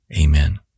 Amen